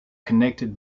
connected